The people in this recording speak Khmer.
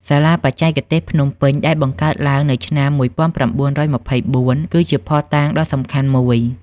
សាលាបច្ចេកទេសភ្នំពេញ ដែលបានបង្កើតឡើងនៅឆ្នាំ ១៩២៤ គឺជាភស្តុតាងដ៏សំខាន់មួយ។